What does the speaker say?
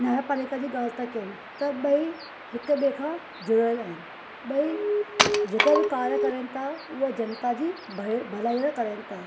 न्याय पालिका जी ॻाल्हि था कयूं त ॿइ हिक ॿिए खां जुड़ियल आहिनि ॿइ जेका बि कार्य करनि था उहे जनता जी भलाई करनि था